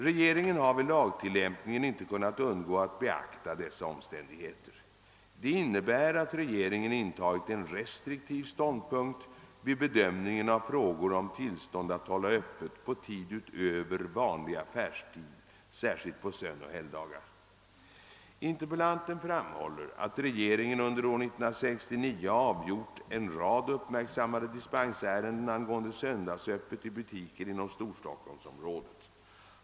Regeringen har vid lagtillämpningen inte kunnat undgå att beakta dessa omständigheter. Det innebär att regeringen intagit en restriktiv ståndpunkt vid bedömningen av frågor om tillstånd att hålla öppet på tid utöver vanlig affärstid, särskilt sönoch helgdagar. Interpellanten framhåller att regeringen under år 1969 avgjort en rad uppmärksammade dispensärenden angående söndagsöppet i butiker inom Storstockholmsområdet.